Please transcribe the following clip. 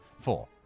Four